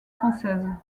françaises